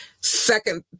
Second